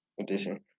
edition